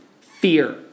fear